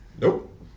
Nope